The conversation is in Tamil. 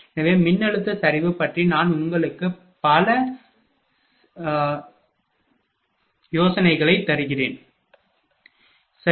எனவே மின்னழுத்த சரிவு பற்றி நான் உங்களுக்கு சில யோசனைகளைத் தருகிறேன் சரி